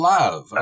Love